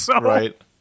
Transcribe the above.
Right